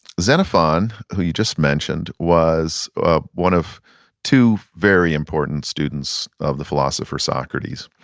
xenophon, who you just mentioned, was ah one of two very important students of the philosopher socrates,